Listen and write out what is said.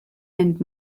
and